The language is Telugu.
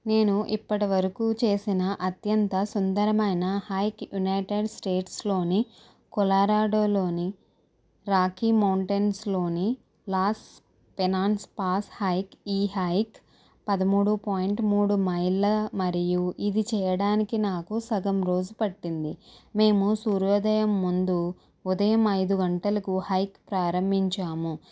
నేను ఇప్పటివరకు చేసిన అత్యంత సుందరమైన హైక్ యునైటెడ్ స్టేట్స్లోని కులారాడోలోని రాఖీ మౌంటెన్స్లోని లాస్ పెనాన్స్ పాస్ హైక్ ఈ హైక్ పదమూడు పాయింట్ మూడు మైళ్ళ మరియు ఇది చేయడానికి నాకు సగం రోజు పట్టింది మేము సూర్యోదయం ముందు ఉదయం ఐదుగంటలకు హైక్ ప్రారంభించాము